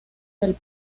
del